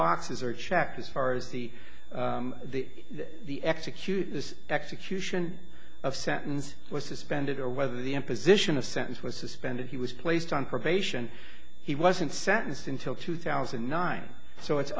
boxes are checked as far as the the the execute this execution of sentence was suspended or whether the imposition of sentence was suspended he was placed on probation he wasn't sentenced until two thousand and nine so it's